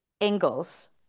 Angles